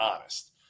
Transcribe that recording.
honest